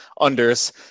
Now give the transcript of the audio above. unders